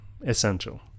essential